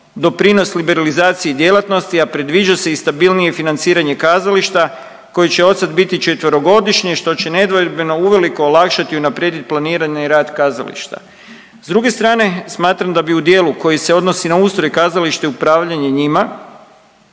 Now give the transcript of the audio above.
doprinos liberalizaciji djelatnosti, a predviđa se i stabilnije financiranje kazališta koji će odsad biti četverogodišnji što će nedvojbeno uvelike olakšati i unaprijediti planiranje i rad kazališta. S druge strane smatram da bi u dijelu koji se odnosi na ustroj kazališta i upravljanje njima